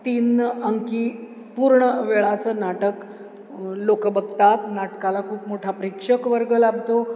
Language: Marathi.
तीन अंकी पूर्ण वेळाचं नाटक लोकं बघतात नाटकाला खूप मोठा प्रेक्षक वर्ग लाभतो